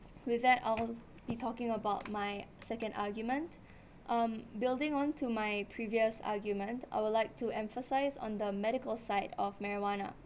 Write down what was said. with that I'll be talking about my second argument um building on to my previous argument I would like to emphasise on the medical side of marijuana